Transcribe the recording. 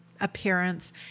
appearance